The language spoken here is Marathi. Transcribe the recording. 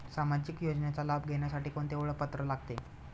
सामाजिक योजनेचा लाभ घेण्यासाठी कोणते ओळखपत्र लागते?